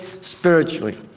spiritually